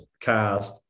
cars